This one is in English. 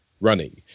running